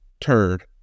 Turd